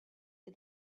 des